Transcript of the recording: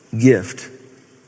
gift